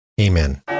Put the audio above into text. Amen